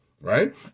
Right